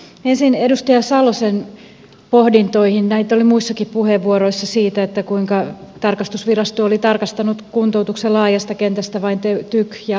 ensin edustaja salosen pohdintoihin näitä oli muissakin puheenvuoroissa siitä kuinka tarkastusvirasto oli tarkastanut kuntoutuksen laajasta kentästä vain tyk ja aslak kuntoutuksen